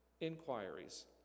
inquiries